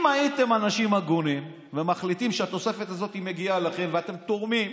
אם הייתם אנשים הגונים ומחליטים שהתוספת הזאת מגיעה לכם ואתם תורמים,